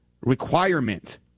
requirement